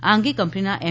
આ અંગે કંપનીના એમ